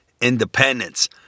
independence